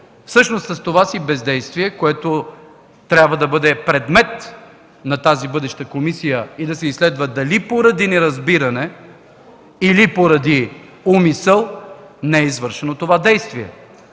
Всъщност това бездействие, трябва да бъде предмет на тази бъдеща комисия –да се изследва дали поради неразбиране, или поради умисъл, не е извършено това действие.